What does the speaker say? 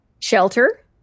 shelter